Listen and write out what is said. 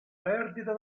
perdita